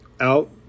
out